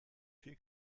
viel